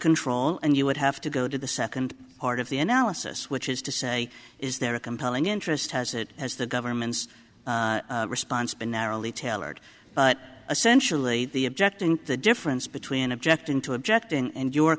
control and you would have to go to the second part of the analysis which is to say is there a compelling interest has it has the government's response been narrowly tailored but essentially the object and the difference between object into object and